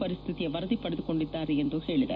ಪರಿಸ್ಥಿತಿಯ ವರದಿ ಪಡೆದುಕೊಂಡಿದ್ದಾರೆ ಎಂದು ಹೇಳಿದೆ